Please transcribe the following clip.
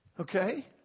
Okay